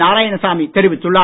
நாராயணசாமி தெரிவித்துள்ளார்